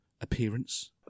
appearance